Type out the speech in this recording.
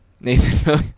Nathan